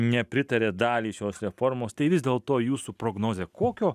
nepritaria daliai šios reformos tai vis dėlto jūsų prognozė kokio